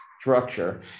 structure